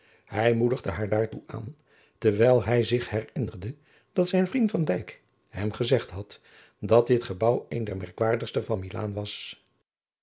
hij moedigde haar daartoe aan dewijl hij zich herinnerde dat zijn vriend van dijk hem gezegd had dat dit gebouw een der merkwaardigste van milaan was